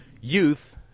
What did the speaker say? youth